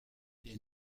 der